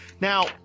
Now